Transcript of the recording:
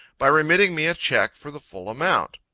by remitting me a check for the full amount.